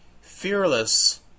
fearless